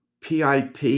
PIP